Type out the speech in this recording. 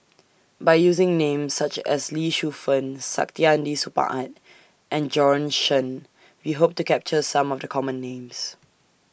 By using Names such as Lee Shu Fen Saktiandi Supaat and Bjorn Shen We Hope to capture Some of The Common Names